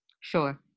Sure